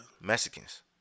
mexicans